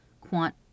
Quant